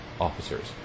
Officers